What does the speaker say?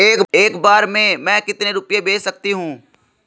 एक बार में मैं कितने रुपये भेज सकती हूँ?